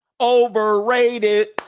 Overrated